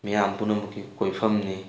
ꯃꯤꯌꯥꯝ ꯄꯨꯝꯅꯃꯛꯀꯤ ꯀꯣꯏꯐꯝꯅꯤ